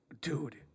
dude